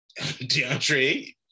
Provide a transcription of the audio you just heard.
DeAndre